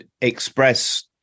express